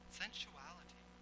sensuality